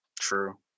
True